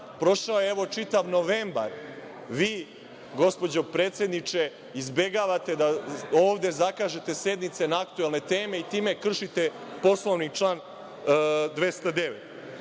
prošao je i čitava novembar, vi gospođo predsednice, izbegavate da ovde zakažete sednice na aktuelne teme i time kršite Poslovnik, član 209?